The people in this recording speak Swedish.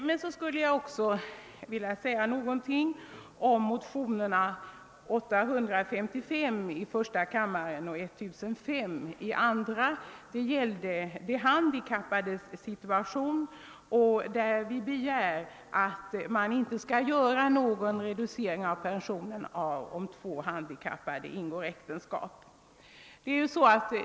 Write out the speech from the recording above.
Sedan vill jag också säga något om motionerna I: 855 och II: 1005 som gäller de handikappades situation. I motionerna begäres att det inte skall göras någon reducering av pensionen, om två handikappade ingår äktenskap.